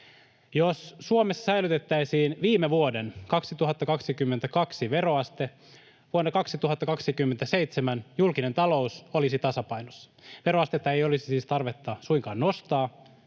Jos Suomessa säilytettäisiin viime vuoden, 2022, veroaste, vuonna 2027 julkinen talous olisi tasapainossa. Veroastetta ei olisi siis tarvetta suinkaan nostaa.